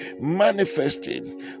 manifesting